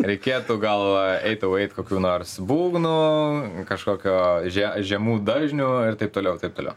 reikėtų gal eitau eit kokių nors būgno kažkokio že žemų dažnių ir taip toliau ir taip toliau